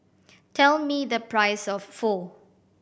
tell me the price of Pho